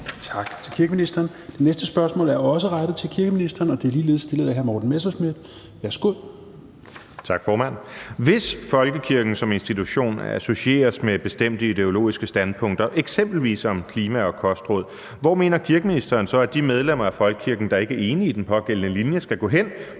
Tak til kirkeministeren. Det næste spørgsmål er også rettet til kirkeministeren, og det er ligeledes stillet af hr. Morten Messerschmidt. Kl. 16:11 Spm. nr. S 1548 15) Til kirkeministeren af: Morten Messerschmidt (DF): Hvis folkekirken som institution associeres med bestemte ideologiske standpunkter, eksempelvis om klima og kostråd, hvor mener kirkeministeren så at de medlemmer af folkekirken, der ikke er enige i den pågældende linje, skal gå hen